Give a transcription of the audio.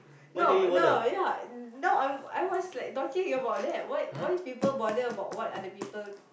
no no ya no I'm I was like talking about that why why people bother about what other people